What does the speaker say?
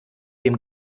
dem